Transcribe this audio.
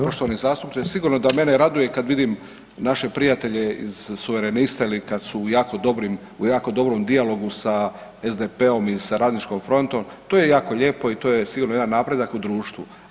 Poštovani zastupniče sigurno da mene raduje kad vidim naše prijatelje suverenist ili kad su u jako dobrim, u jako dobrom dijalogu sa SDP-om ili sa Radničkom frontom, to je jako lijepo i to je sigurno jedan napredak u društvu.